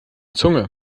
zunge